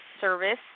service